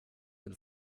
vill